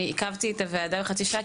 אני עיכבתי את הוועדה בחצי שעה,